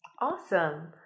Awesome